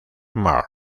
moore